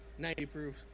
90-proof